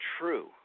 true